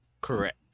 Correct